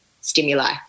stimuli